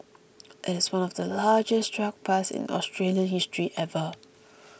it is one of the largest drug busts in Australian history ever